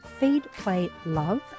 feedplaylove